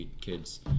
kids